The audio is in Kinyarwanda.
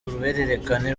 ruhererekane